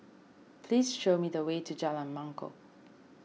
please show me the way to Jalan Mangkok